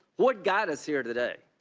what got us here today?